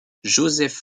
joseph